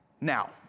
Now